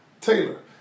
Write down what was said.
Taylor